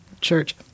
church